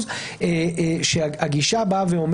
אם אתה פוגש קבוצה, אין לך בעיה של הזיהוי.